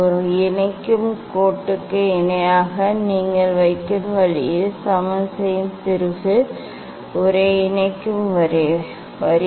ஒரு இணைக்கும் கோட்டுக்கு இணையாக நீங்கள் வைக்கும் வழியில் சமன் செய்யும் திருகு ஒரு இணைக்கும் வரி